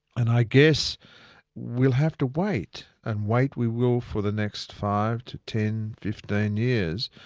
and i guess we'll have to wait and wait we will, for the next five to ten, fifteen years,